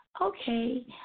Okay